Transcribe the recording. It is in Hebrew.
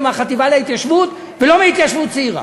לא מהחטיבה להתיישבות ולא מההתיישבות הצעירה.